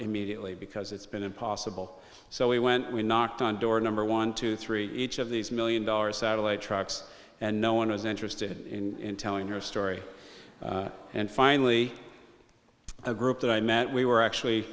immediately because it's been impossible so we went we knocked on doors number one two three each of these million dollar satellite trucks and no one was interested in telling your story and finally a group that i met we were actually